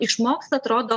išmoksta atrodo